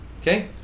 Okay